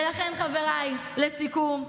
ולכן, חבריי, לסיכום,